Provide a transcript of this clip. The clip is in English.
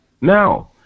Now